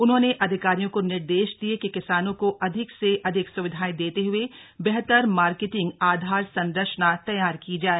उन्होंने अधिकारियों को निर्देश दिये कि किसानों को अधिक से अधिक स्विधाएं देते हए बेहतर मार्केटिंग आधार संरचना तैयार की जाए